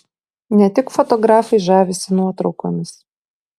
ne tik fotografai žavisi nuotraukomis